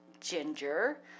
ginger